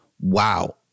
Wow